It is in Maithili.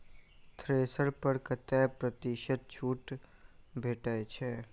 थ्रेसर पर कतै प्रतिशत छूट भेटय छै?